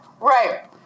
Right